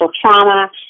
trauma